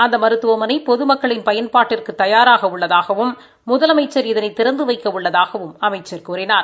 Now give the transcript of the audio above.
அந்த மருத்துவமனை பொதுமக்களின் பயன்பாட்டிற்கு தயாராக உள்ளதாகவும் முதலமைச்ச் இதனை திறந்து வைக்க உள்ளதாகவும் அமைச்சர் கூறினார்